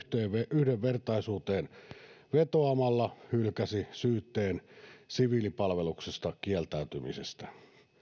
yhdenvertaisuuteen vetoamalla hylkäsi syytteen siviilipalveluksesta kieltäytymisestä